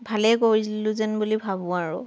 ভালেই কৰিলোঁ যেন বুলি ভাবোঁ আৰু